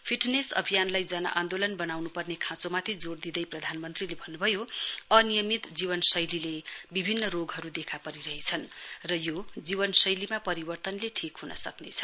fitness अभियानलाई जन आन्दोलन बनाउनुपर्ने खाँचोमाथि जोड़ दिँदै प्रधानमन्त्रीले भन्नुभयो अनियमित जीवनशैलीले विभिन्न रोगहरु देखा परिरहेछ् र यो जीवनशैलीमा परिवर्तनले ठीक हुन सक्नेछ